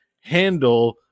handle